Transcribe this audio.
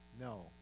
No